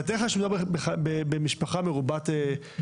אבל תאר לך שמדובר במשפחה מרובת נפשות,